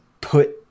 put